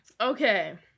Okay